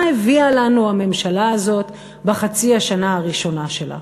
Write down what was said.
מה הביאה לנו הממשלה הזאת בחצי השנה הראשונה שלה.